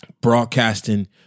broadcasting